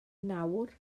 nawr